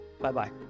Bye-bye